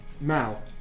Mal